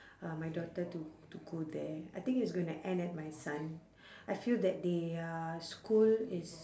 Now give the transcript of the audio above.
uh my daughter to to go there I think it's going to end at my son I feel that their school is